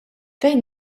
fejn